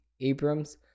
Abrams